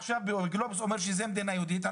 עכשיו בגלובס אומר שזה מדינה יהודית.